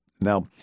Now